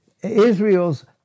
Israel's